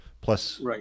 Plus